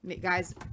Guys